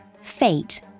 fate